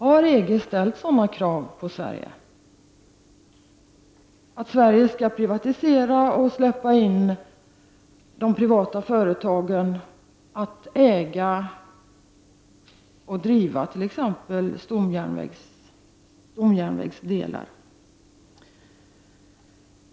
Har EG ställt sådana krav på Sverige att Sverige skall privatisera, dvs. släppa in de privata företagen att äga och driva t.ex. stomjärnvägsdelar?